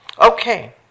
Okay